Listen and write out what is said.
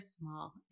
small